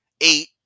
eight